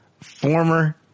former